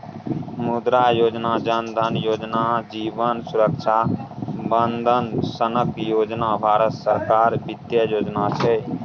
मुद्रा योजना, जन धन योजना, जीबन सुरक्षा बंदन सनक योजना भारत सरकारक बित्तीय योजना छै